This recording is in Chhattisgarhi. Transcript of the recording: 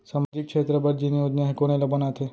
सामाजिक क्षेत्र बर जेन योजना हे कोन एला बनाथे?